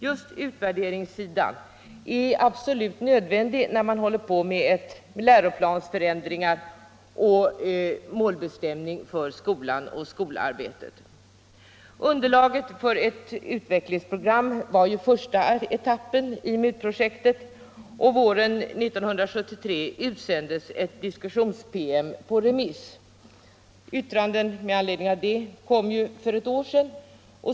Just utvärderingssidan är absolut nödvändig när man håller på med läroplansförändringar och målbestämningar för skolan och skolarbetet. Underlaget för ett utvecklingsprogram var ju första etappen i MUT projektet, och våren 1973 utsändes en diskussionspromemoria på remiss. Yttranden med anledning av promemorian kom för ett år sedan.